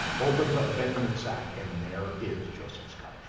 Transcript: opens up benjamin's sack, and there is joseph's cup.